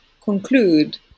conclude